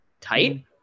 tight